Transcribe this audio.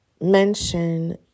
mention